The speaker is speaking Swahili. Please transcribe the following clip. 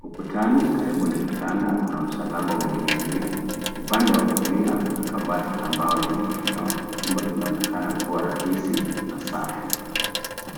ukutani karibu na kitanda kuna msalaba umeninginia. Upande wa kulia kuna kabati la mbao lenye kioo. Chumba kinaonekana kuwa rahisi na safi.